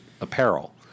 apparel